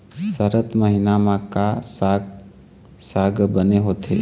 सरद महीना म का साक साग बने होथे?